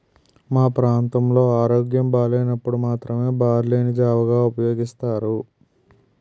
మా ప్రాంతంలో ఆరోగ్యం బాగోలేనప్పుడు మాత్రమే బార్లీ ని జావగా ఉపయోగిస్తారు